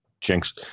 jinx